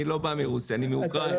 שמועסקים בעיקר בתחום הביטחון.